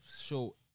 show